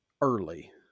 early